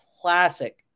classic